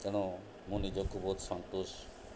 ତେଣୁ ମୁଁ ନିଜକୁ ବହୁତ ସନ୍ତୋଷ